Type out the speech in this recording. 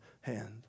hand